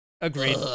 agreed